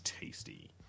tasty